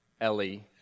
Ellie